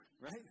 Right